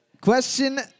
Question